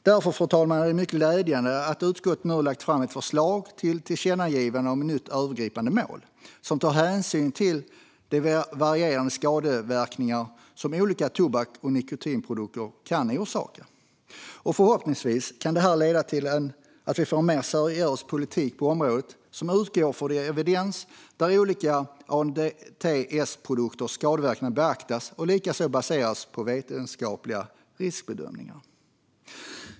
Därför, fru talman, är det mycket glädjande att utskottet nu har lagt fram ett förslag till tillkännagivande om ett nytt övergripande mål som tar hänsyn till de varierande skadeverkningar som olika tobaks och nikotinprodukter kan orsaka. Förhoppningsvis kan detta leda till att vi får en mer seriös politik på området, som utgår från evidens, beaktar olika ANDTS-produkters skadeverkningar och baseras på vetenskapliga riskbedömningar.